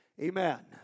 Amen